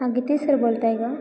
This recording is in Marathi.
हां गिते सर बोलताय का